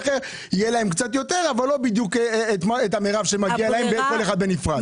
יהיה להם קצת יותר אבל לא בדיוק את המרב שמגיע להם כל אחד בנפרד.